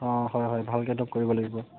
অঁ হয় হয় ভালকৈতো কৰিব লাগিব